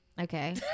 Okay